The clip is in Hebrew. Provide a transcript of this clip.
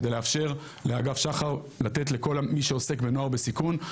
כדי לאפשר לאגף שחר לתת לכל מי שעוסק בנוער בסיכון,